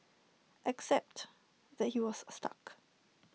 except that he was stuck